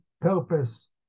purpose